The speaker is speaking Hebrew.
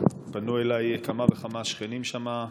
פנו אליי כמה וכמה שכנים שם.